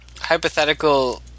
hypothetical